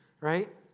right